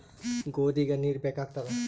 ಗೋಧಿಗ ನೀರ್ ಬೇಕಾಗತದ?